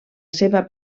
seva